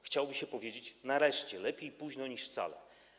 Chciałoby się powiedzieć: nareszcie, lepiej późno niż wcale.